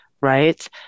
right